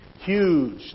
huge